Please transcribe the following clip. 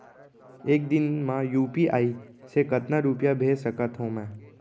एक दिन म यू.पी.आई से कतना रुपिया भेज सकत हो मैं?